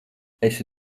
esi